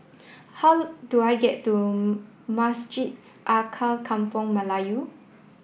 how do I get to Masjid Alkaff Kampung Melayu